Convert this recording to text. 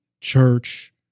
church